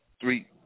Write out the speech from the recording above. three –